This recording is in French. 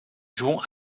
jouons